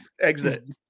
exit